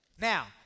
Now